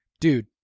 dude